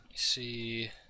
see